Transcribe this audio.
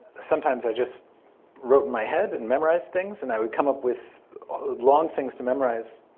sometimes i just wrote in my head and memorized things, and i would come up with long things to memorize